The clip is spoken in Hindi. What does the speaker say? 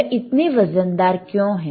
यह इतने वजनदार क्यों है